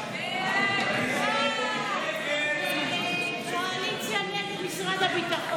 בדבר תוספת תקציב לא